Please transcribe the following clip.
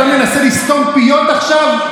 אתה מנסה לסתום פיות עכשיו?